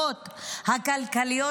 ולא דאג לחשוב על ההשלכות הכלכליות,